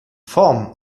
form